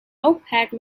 opaque